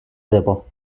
debò